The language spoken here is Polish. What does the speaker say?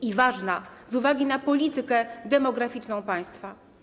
Jest ważna z uwagi na politykę demograficzną państwa.